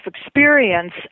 experience